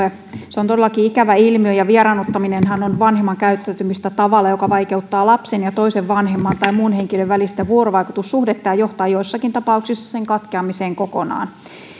se on todellakin ikävä ilmiö ja vieraannuttaminenhan on vanhemman käyttäytymistä tavalla joka vaikeuttaa lapsen ja toisen vanhemman tai muun henkilön välistä vuorovaikutussuhdetta ja johtaa joissakin tapauksissa sen katkeamiseen kokonaan